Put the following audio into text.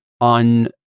on